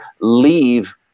leave